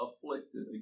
afflicted